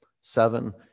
seven